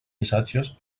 missatges